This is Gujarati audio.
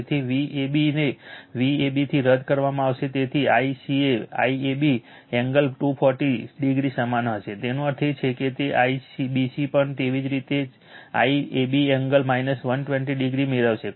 તેથી Vab ને Vab થી રદ કરવામાં આવશે તેથી ICA IAB એંગલ 240o સમાન હશે તેનો અર્થ એ છે કે IBC પણ તેવી જ રીતે IAB એન્ગલ 120o મેળવશે